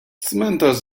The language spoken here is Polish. cmentarz